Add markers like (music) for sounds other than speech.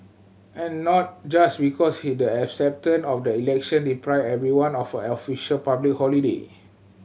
and not just because he the (unintelligible) of election deprived everyone of a official public holiday